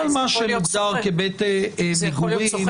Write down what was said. כל מה שמוגדר כבית מגורים,